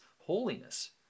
holiness